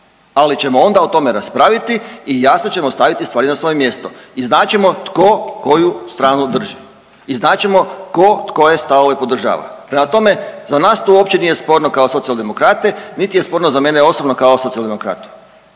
ali ćemo onda o tome raspraviti i jasno ćemo staviti stvari na svoje mjesto i znat ćemo tko koju stranu drži. I znat ćemo tko tkoje stavove podržava. Prema tome, za nas tu uopće nije sporno kao socijaldemokrate niti je sporno za mene osobno kao socijaldemokrata.